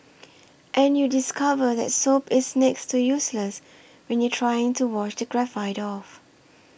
and you discover that soap is next to useless when you're trying to wash the graphite off